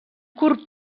curt